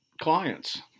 clients